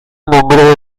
nombrado